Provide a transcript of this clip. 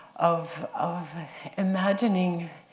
of of imagining